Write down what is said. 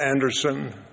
Anderson